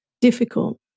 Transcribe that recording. difficult